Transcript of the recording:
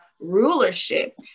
rulership